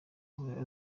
ahora